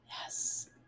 Yes